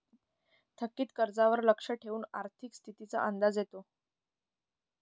थकीत कर्जावर लक्ष ठेवून आर्थिक स्थितीचा अंदाज येतो